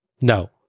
No